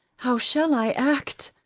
how shall i act?